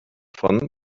von